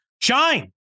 shine